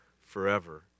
forever